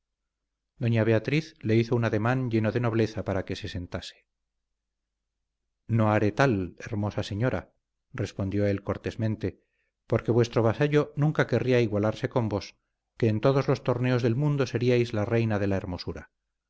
doña beatriz le hizo un ademán lleno de nobleza para que se sentase no haré tal hermosa señora respondió él cortésmente porque vuestro vasallo nunca querría igualarse con vos que en todos los torneos del mundo seríais la reina de la hermosura